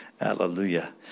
hallelujah